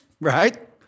right